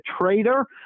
traitor